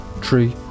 tree